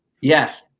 Yes